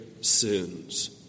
sins